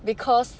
because